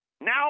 Now